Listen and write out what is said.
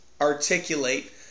articulate